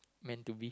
meant to be